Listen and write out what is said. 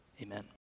Amen